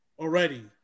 already